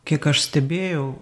kiek aš stebėjau